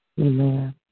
Amen